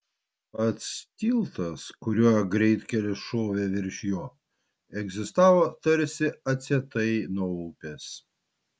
pats tiltas kuriuo greitkelis šovė virš jo egzistavo tarsi atsietai nuo upės